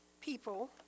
people